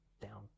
down